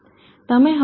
તમે હવે pv